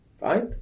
Right